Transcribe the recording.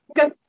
Okay